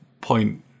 point